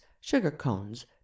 sugar-cones